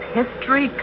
history